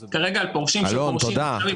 תודה.